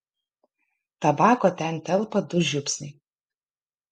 tabako ten telpa du žiupsniai